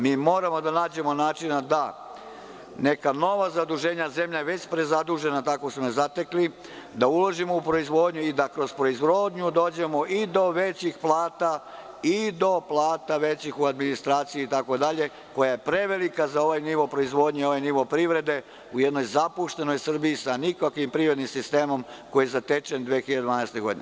Moramo da nađemo načina za neka nova zaduženja, jer je zemlja već prezadužena, takvu smo je zatekli, da uložimo u proizvodnju i da kroz proizvodnju dođemo i do većih plata i do plata većih u administraciji koja je prevelika za ovaj nivo proizvodnje i ovaj nivo privrede u jednoj zapuštenoj Srbiji i sa nikakvim sistemom koji zatečen 2012. godine.